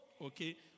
Okay